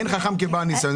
אין חכם כבעל ניסיון.